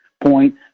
point